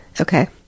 Okay